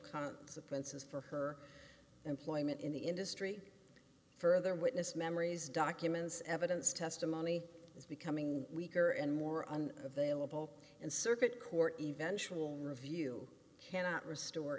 consequences for her employment in the industry further witness memories documents evidence testimony is becoming weaker and more on available and circuit court eventual review cannot restore